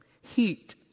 heat